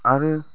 आरो